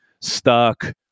stuck